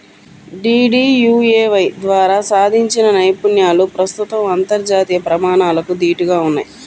DDUAY ద్వారా సాధించిన నైపుణ్యాలు ప్రస్తుతం అంతర్జాతీయ ప్రమాణాలకు దీటుగా ఉన్నయ్